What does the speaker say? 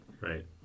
right